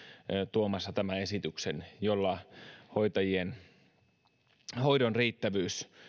tuomassa tämän esityksen jolla hoidon riittävyys